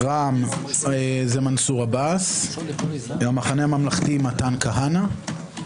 רע"ם מנסור עבאס, המחנה הממלכתי מתן כהנא,